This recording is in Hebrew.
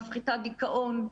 מפחיתה דיכאון.